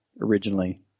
originally